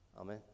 Amen